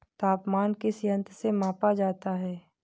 तापमान किस यंत्र से मापा जाता है?